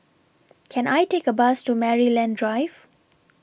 Can I Take A Bus to Maryland Drive